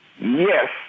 Yes